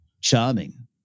charming